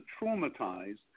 traumatized